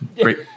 Great